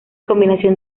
combinación